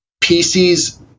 PCs